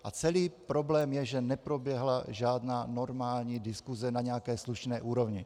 A celý problém je, že neproběhla žádná normální diskuse na nějaké slušné úrovni.